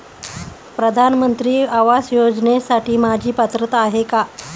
प्रधानमंत्री आवास योजनेसाठी माझी पात्रता आहे का?